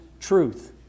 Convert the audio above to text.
truth